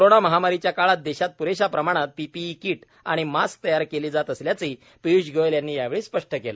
corona महामारीच्या काळात देशात प्रेशा प्रमाणात पीपीई किट आणि मास्क तयार केली जात असल्याचंही पिय्ष गोयल यांनी यावेळी स्पष्ट केलं